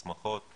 הסמכות?